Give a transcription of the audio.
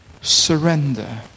surrender